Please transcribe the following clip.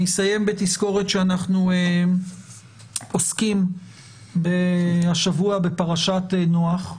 אני אסיים בתזכורת שאנחנו עוסקים השבוע בפרשת נח.